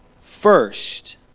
first